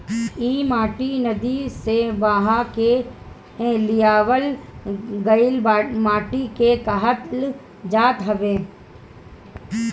इ माटी नदी से बहा के लियावल गइल माटी के कहल जात हवे